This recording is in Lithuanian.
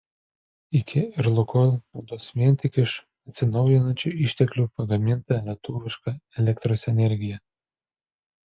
iki ir lukoil naudos vien tik iš atsinaujinančių išteklių pagamintą lietuvišką elektros energiją